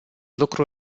lucru